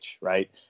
right